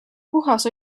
puhas